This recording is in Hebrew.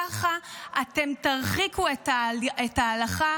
ככה אתם תרחיקו את ההלכה